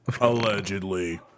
Allegedly